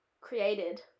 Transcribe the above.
created